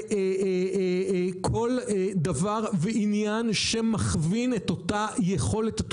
בכל דבר ועניין שמכווין את אותה יכולת,